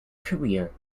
career